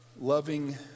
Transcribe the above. Loving